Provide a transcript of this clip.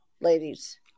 ladies